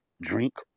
drink